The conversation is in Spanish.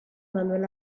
manuel